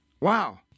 Wow